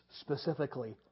specifically